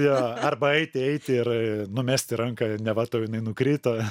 jo arba eiti eiti ir numesti ranką neva tau jinai nukrito